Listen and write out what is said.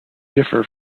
differ